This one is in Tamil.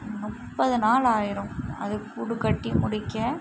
முப்பது நாள் ஆயிடும் அது கூடுக்கட்டி முடிக்க